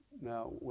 now